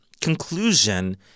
conclusion